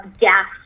gas